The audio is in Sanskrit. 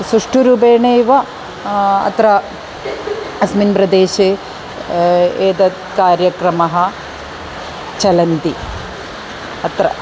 सुष्ठुरूपेणैव अत्र अस्मिन् प्रदेशे एते कार्यक्रमाः चलन्ति अत्र